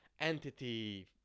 entity